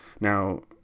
Now